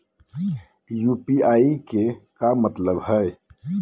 UPI के का मतलब हई?